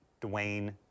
Dwayne